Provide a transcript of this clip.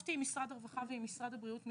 ישבתי עם משרד הרווחה ועם משרד הבריאות.